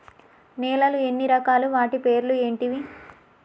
నేలలు ఎన్ని రకాలు? వాటి పేర్లు ఏంటివి?